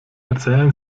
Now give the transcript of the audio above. erzählen